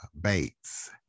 Bates